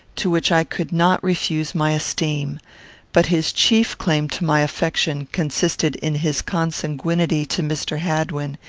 to which i could not refuse my esteem but his chief claim to my affection consisted in his consanguinity to mr. hadwin,